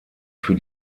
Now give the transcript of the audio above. für